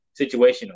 situational